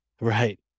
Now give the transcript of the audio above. Right